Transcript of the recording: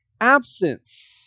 absence